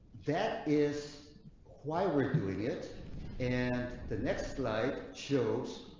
that is why we're doing it and the next slide shows.